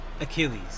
Achilles